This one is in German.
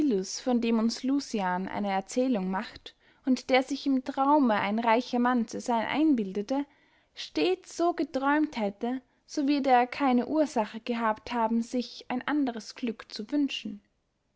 von dem uns lucian eine erzehlung macht und der sich im traume ein reicher mann zu seyn einbildete stets so geträumt hätte so wird er keine ursache gehabt haben sich ein anderes glück zu wünschen